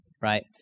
right